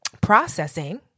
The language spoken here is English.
processing